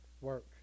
work